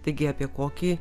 taigi apie kokį